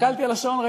הסתכלתי על השעון,